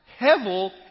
Hevel